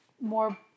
more